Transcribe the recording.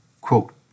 Quote